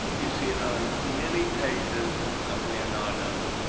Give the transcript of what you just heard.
you see it on many pages of leonardo,